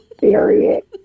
Period